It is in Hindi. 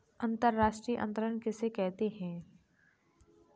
अंतर्राष्ट्रीय अंतरण किसे कहते हैं?